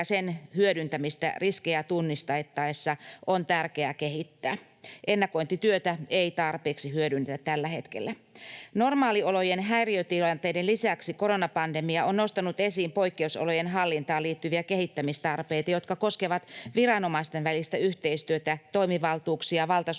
sen hyödyntämistä riskejä tunnistettaessa on tärkeää kehittää. Ennakointityötä ei tarpeeksi hyödynnetä tällä hetkellä. Normaaliolojen häiriötilanteiden lisäksi koronapandemia on nostanut esiin poikkeus-olojen hallintaan liittyviä kehittämistarpeita, jotka koskevat viranomaisten välistä yhteistyötä, toimivaltuuksia, valtasuhteita,